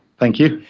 thank you.